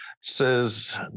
says